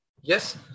Yes